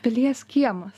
pilies kiemas